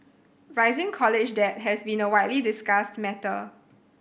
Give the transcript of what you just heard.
rising college debt has been a widely discussed matter